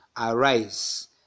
arise